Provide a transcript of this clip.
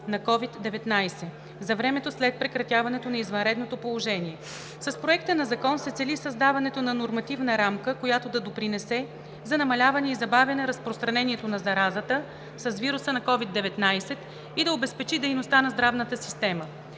на COVID-19 за времето след прекратяването на извънредното положение. С Проекта на закон се цели създаването на нормативна рамка, която да допринесе за намаляване и забавяне разпространението на заразата с вируса на COVID-19 и да обезпечи дейността на здравната система.